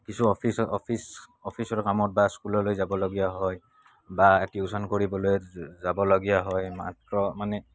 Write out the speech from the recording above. কিছু office office অফিচৰ কামত বা স্কুললৈ যাবলগীয়া হয় বা টিউশ্যন কৰিবলৈ যাবলগীয়া হয় মাত্ৰ মানে